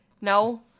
No